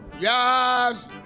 Yes